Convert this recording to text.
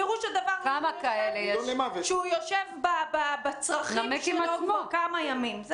פירוש הדבר שהוא יושב בצרכים שלו כבר כמה ימים.